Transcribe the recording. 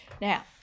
Now